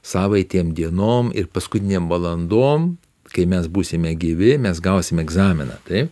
savaitėm dienom ir paskutinėm valandom kai mes būsime gyvi mes gausim egzaminą taip